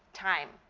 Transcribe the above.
time.